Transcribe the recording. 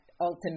ultimate